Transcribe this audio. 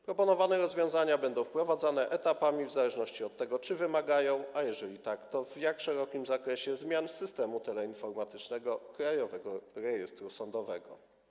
Proponowane rozwiązania będą wprowadzane etapami, w zależności od tego, czy wymagają, a jeżeli tak, to w jak szerokim zakresie, zmian systemu teleinformatycznego Krajowego Rejestru Sądowego.